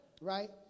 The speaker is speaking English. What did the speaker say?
Right